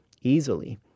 easily